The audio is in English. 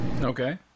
Okay